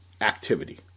activity